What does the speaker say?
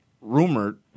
Rumored